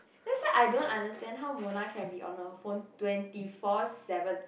let's say I don't understand how Mona can be on her phone twenty four seven